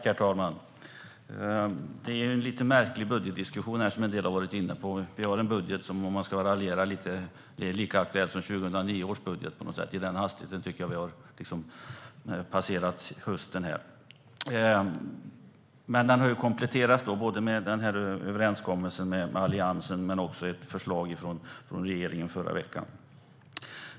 Herr talman! Detta är en lite märklig budgetdiskussion. Vi har en budget som, om man ska raljera lite, är lika aktuell som 2009 års budget. I den hastigheten tycker jag att vi har passerat hösten. Men den har kompletterats både med överenskommelsen med Alliansen och med ett förslag från regeringen i förra veckan.